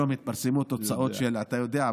אתה יודע,